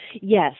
Yes